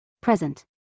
Present